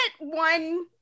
one